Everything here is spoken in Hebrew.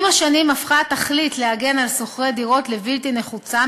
עם השנים הפכה התכלית להגן על שוכרי דירות לבלתי נחוצה,